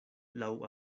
laŭ